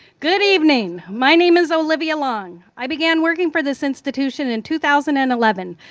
good evening. my name is olivia long. i began working for this institution in two thousand and eleven.